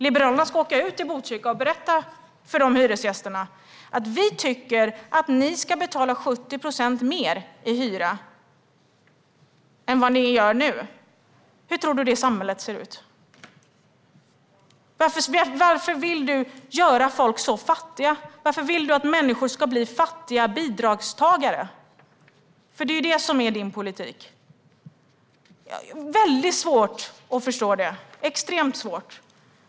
Liberalerna ska åka ut till Botkyrka och berätta för hyresgästerna att ni tycker att de ska betala 70 procent mer i hyra än vad de nu gör. Hur tror du att det samhället ser ut? Varför vill du göra folk så fattiga? Varför vill du att människor ska bli fattiga bidragstagare? Det är ju det som är din politik. Jag har extremt svårt att förstå detta.